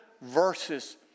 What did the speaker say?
verses